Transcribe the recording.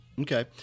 Okay